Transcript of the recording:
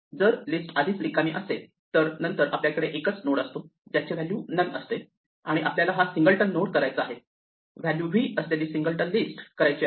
जर लिस्ट आधीच रिकामी असेल तर नंतर आपल्याकडे एकच नोड असतो ज्याची व्हॅल्यू नन असते आणि आपल्याला हा सिंगलटन नोड करायचा आहे व्हॅल्यू v असलेली सिंगलटन लिस्ट करायची आहे